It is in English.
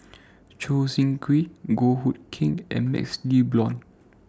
Choo Seng Quee Goh Hood Keng and MaxLe Blond